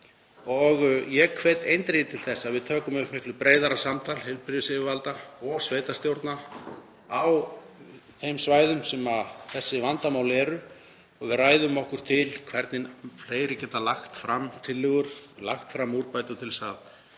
Ég hvet eindregið til þess að við tökum upp miklu breiðara samtal heilbrigðisyfirvalda og sveitarstjórna á þeim svæðum þar sem þessi vandamál eru og við ræðum hvernig fleiri geta lagt fram tillögur, lagt fram úrbætur til að